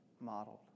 modeled